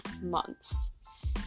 months